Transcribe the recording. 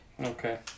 Okay